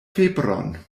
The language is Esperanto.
febron